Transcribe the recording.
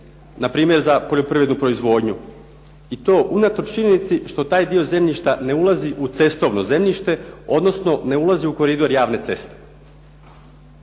npr. za poljoprivrednu proizvodnju i to unatoč činjenici što taj dio zemljišta ne ulazi u cestovno zemljište, odnosno ne ulazi u koridor javne ceste.